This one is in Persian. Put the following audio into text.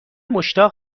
مشتاق